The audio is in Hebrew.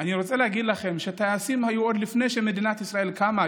אני רוצה להגיד לכם שטייסים היו עוד לפני שמדינת ישראל קמה,